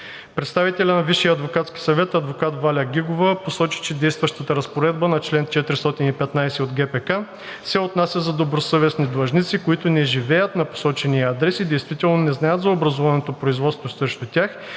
съвет адвокат Валя Гигова посочи, че действащата разпоредба на чл. 415 ГПК се отнася за добросъвестни длъжници, които не живеят на посочения адрес и действително не знаят за образуваното производство срещу тях,